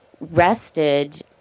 rested